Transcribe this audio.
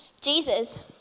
Jesus